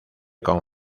con